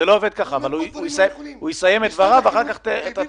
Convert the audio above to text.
הוא יסיים את דבריו ואחר כך אתה תגיד.